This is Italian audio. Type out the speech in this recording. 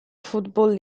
football